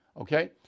Okay